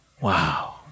Wow